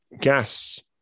Gas